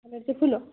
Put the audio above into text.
कलरचे फुलं